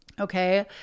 Okay